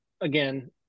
again